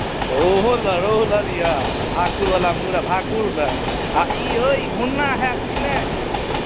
तऽ रहुओ रहु लऽ लिअ आ भाकुरवला मूड़ा आ भाकुर लेल आ ई यौ भुन्ना हैत की नहि